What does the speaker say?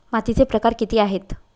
मातीचे प्रकार किती आहेत?